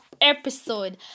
episode